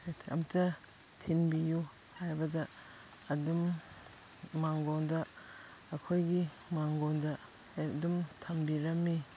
ꯑꯝꯇ ꯊꯤꯟꯕꯤꯎ ꯍꯥꯏꯕꯗ ꯑꯗꯨꯝ ꯃꯥꯡꯒꯣꯟꯗ ꯑꯩꯈꯣꯏꯒꯤ ꯃꯥꯡꯒꯣꯟꯗ ꯑꯗꯨꯝ ꯊꯝꯕꯤꯔꯝꯃꯤ